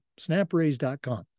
Snapraise.com